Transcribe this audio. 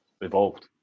evolved